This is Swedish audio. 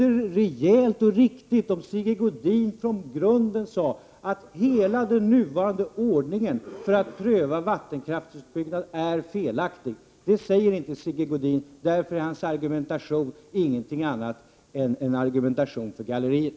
Det vore rejält och riktigt om Sigge Godin sade att hela den nuvarande ordningen för prövning av vattenkraftsutbyggnaden är felaktig. Det säger inte Sigge Godin. Därför är hans argumentation ingenting annat än ett spel för galleriet.